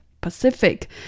Pacific